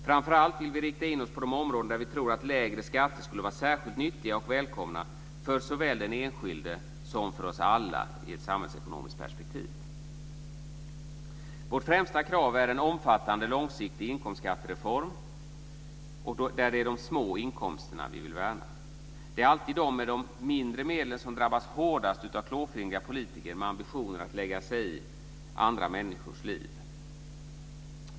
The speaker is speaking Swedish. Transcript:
Framför allt vill vi rikta in oss på de områden där vi tror att lägre skatter i ett samhällsekonomiskt perspektiv skulle vara särskilt nyttiga och välkomna för såväl den enskilde som för oss alla. Vårt främsta krav är en omfattande långsiktig inkomstskattereform där det är de små inkomsterna vi vill värna. Det är alltid de med de mindre medlen som drabbas hårdast av klåfingriga politiker med ambitioner att lägga sig i andra människors liv.